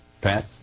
Pat